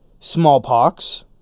smallpox